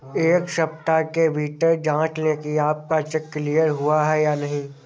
एक सप्ताह के भीतर जांच लें कि आपका चेक क्लियर हुआ है या नहीं